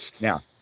Now